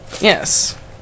Yes